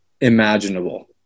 Imaginable